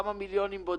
על כמה מיליונים בודדים.